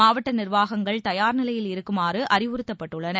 மாவட்ட நிர்வாகங்கள் தயார் நிலையில் இருக்குமாறு அறிவுறுத்தப்பட்டுள்ளனர்